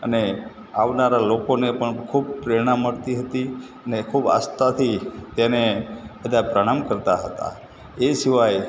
અને આવનારા લોકોને પણ ખૂબ પ્રેરણા મળતી હતી ને ખૂબ આસ્થાથી તેને બધા પ્રણામ કરતા હતા એ સિવાય